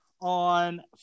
on